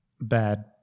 bad